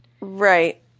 Right